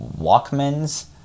Walkmans